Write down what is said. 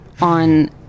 on